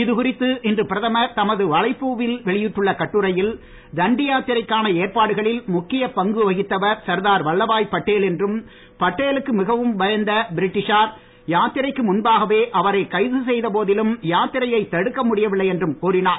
இதுகுறித்து இன்று பிரதமர் தமது வலைப்பூவில் வெளியிட்டுள்ள கட்டுரையில் தண்டி யாத்திரைக்கான ஏற்பாடுகளில் முக்கிய பங்கு வகித்தவர் சர்தார் வல்லபாய் பட்டேல் என்றும் பட்டேலுக்கு மிகவும் பயந்த பிரிட்டீசார் யாத்திரைக்கு முன்பாகவே அவரை கைது செய்த போதிலும் யாத்திரையை தடுக்க முடியவில்லை என்றும் கூறினார்